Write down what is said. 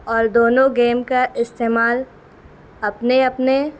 اور دونوں گیم کا استعمال اپنے اپنے